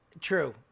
True